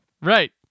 Right